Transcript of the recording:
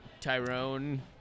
Tyrone